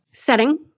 Setting